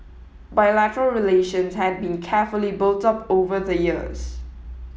bilateral relations had been carefully built up over the years